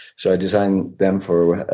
so i designed them for